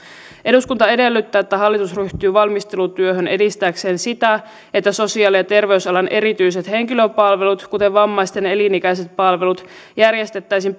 eduskunta edellyttää että hallitus ryhtyy valmistelutyöhön edistääkseen sitä että sosiaali ja terveysalan erityiset henkilöpalvelut kuten vammaisten elinikäiset palvelut järjestettäisiin